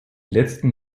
letzten